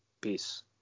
Peace